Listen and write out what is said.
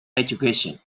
education